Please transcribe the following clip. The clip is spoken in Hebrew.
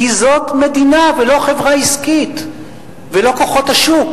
כי זו מדינה ולא חברה עסקית ולא כוחות השוק.